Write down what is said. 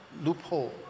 loophole